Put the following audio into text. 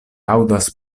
aŭdas